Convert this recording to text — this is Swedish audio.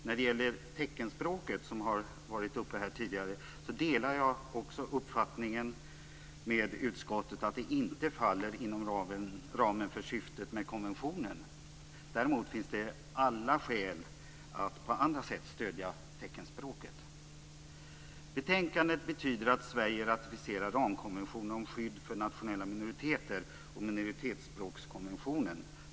När det gäller teckenspråket, som har varit uppe tidigare, delar jag utskottets uppfattning att det inte faller inom ramen för syftet med konventionen. Däremot finns det alla skäl att på andra sätt stödja teckenspråket. Betänkandet betyder att Sverige ratificerar ramkonventionen om skydd för nationella minoriteter och minoritetsspråkskonventionen.